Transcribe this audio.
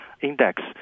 index